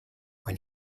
when